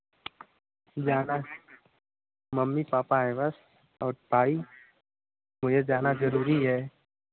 जाना mummy papa हैं बस और ताई मुझे जाना ज़रूरी है